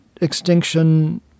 extinction